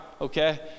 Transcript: okay